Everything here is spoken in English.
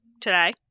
today